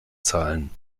zahlen